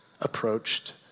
approached